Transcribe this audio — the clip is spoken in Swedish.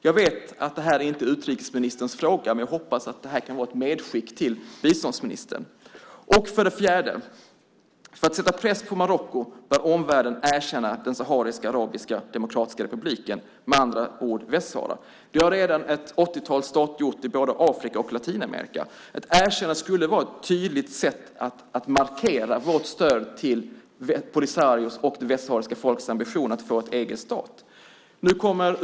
Jag vet att detta inte är utrikesministerns fråga, men jag hoppas att detta kan vara ett medskick till biståndsministern. För det fjärde bör omvärlden, för att sätta press på Marocko, erkänna den sahariska arabiska demokratiska republiken, med andra ord Västsahara. Det har redan ett åttiotal stater gjort i både Afrika och Latinamerika. Ett erkännande skulle vara ett tydligt sätt att markera vårt stöd till Polisarios och det västsahariska folkets ambition att få en egen stat.